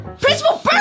Principal